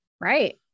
Right